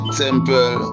temple